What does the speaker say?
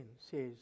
says